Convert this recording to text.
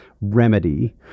remedy